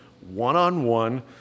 one-on-one